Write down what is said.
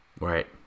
Right